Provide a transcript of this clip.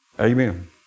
Amen